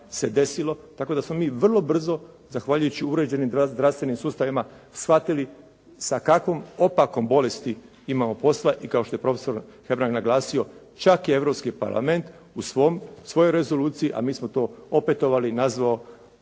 tako da smo mi vrlo brzo zahvaljujući uređenim zdravstvenim sustavima shvatili sa kakvom opakom bolesti imamo posla i kao što je profesor Hebrang naglasio, čak je Europski parlament u svojoj rezoluciji, a mi smo to opetovali, nazvao